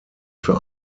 für